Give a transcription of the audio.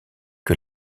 que